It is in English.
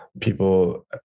people